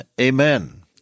amen